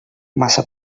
massa